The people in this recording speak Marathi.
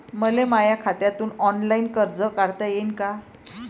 मले माया खात्यातून ऑनलाईन कर्ज काढता येईन का?